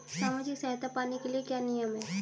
सामाजिक सहायता पाने के लिए क्या नियम हैं?